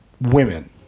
women